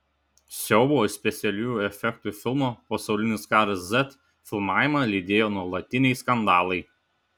siaubo ir specialiųjų efektų filmo pasaulinis karas z filmavimą lydėjo nuolatiniai skandalai